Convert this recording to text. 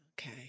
okay